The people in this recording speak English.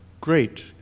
great